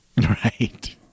right